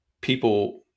people